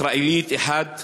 ישראלית אחת